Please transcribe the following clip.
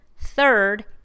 Third